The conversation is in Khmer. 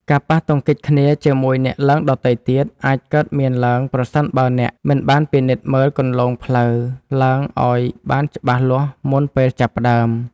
ការប៉ះទង្គិចគ្នាជាមួយអ្នកឡើងដទៃទៀត អាចកើតមានឡើងប្រសិនបើអ្នកមិនបានពិនិត្យមើលគន្លងផ្លូវឡើងឱ្យបានច្បាស់លាស់មុនពេលចាប់ផ្ដើម។